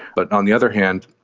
but on the other hand,